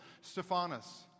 Stephanus